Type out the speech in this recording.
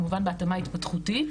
כמובן בהתאמה התפתחותית,